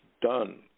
done